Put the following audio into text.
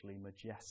majestic